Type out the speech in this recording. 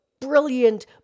brilliant